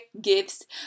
gifts